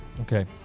Okay